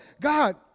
God